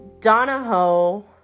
Donahoe